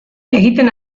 egiten